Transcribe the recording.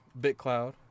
BitCloud